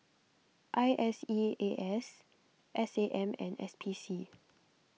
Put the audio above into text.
I S E A S S A M and S P C